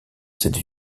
cette